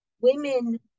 women